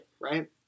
Right